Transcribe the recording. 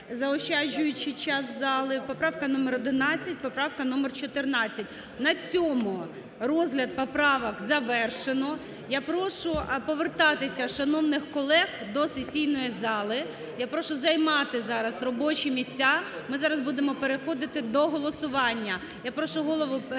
поправка номер 11, поправка номер 14. На цьому розгляд поправок завершено. Я прошу повертатися шановних колег до сесійної зали. Я прошу займати зараз робочі місця. Ми зараз будемо переходити до голосування.